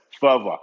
further